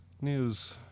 news